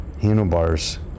Handlebars